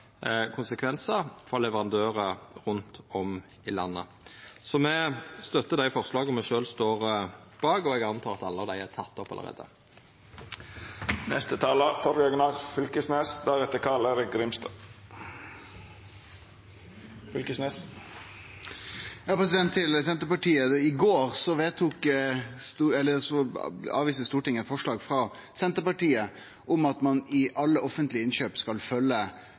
konsekvensar for leverandørar rundt om i landet. Så me støttar dei forslaga me sjølve står bak, og eg antek at alle dei allereie er tekne opp. Til Senterpartiet: I går avviste Stortinget eit forslag frå Senterpartiet om at ein i alle offentlege innkjøp skal følgje kosthaldsråda, bl.a. knytt til sukkerdrikk. Så det er ikkje sånn at det berre er i